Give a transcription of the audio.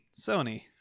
Sony